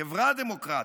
חברה דמוקרטית.